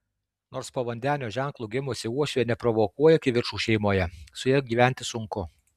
nors po vandenio ženklu gimusi uošvė neprovokuoja kivirčų šeimoje su ja gyventi sunku